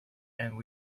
and